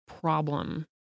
problem